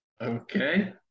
Okay